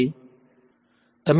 Student